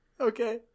Okay